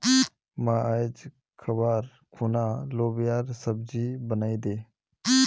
मां, आइज खबार खूना लोबियार सब्जी बनइ दे